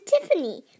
Tiffany